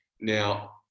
now